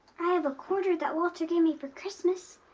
i have a quarter that walter gave me for christmas.